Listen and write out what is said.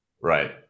Right